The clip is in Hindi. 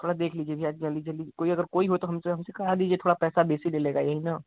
थोड़ा देख लीजिए भैया जल्दी जल्दी कोई अगर कोई हो तो हमसे हमसे करा दीजिए थोड़ा पैसा वैसे ही ले लेगा यही है न